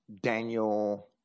Daniel